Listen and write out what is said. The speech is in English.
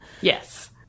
yes